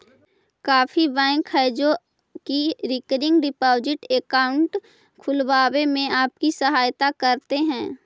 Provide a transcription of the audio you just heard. काफी बैंक हैं जो की रिकरिंग डिपॉजिट अकाउंट खुलवाने में आपकी सहायता करते हैं